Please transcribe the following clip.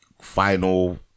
final